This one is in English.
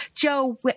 Joe